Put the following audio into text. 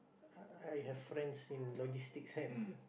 uh I have friends in logistics side